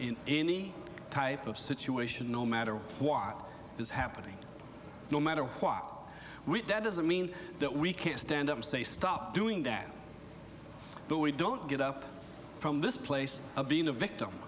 in any type of situation no matter what is happening no matter what we eat that doesn't mean that we can't stand up and say stop doing that but we don't get up from this place of being a victim